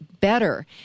better